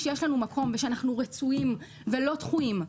שיש לנו מקום ושאנחנו רצויים ולא דחויים.